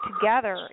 together